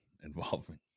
involving